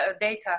data